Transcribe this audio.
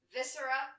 Viscera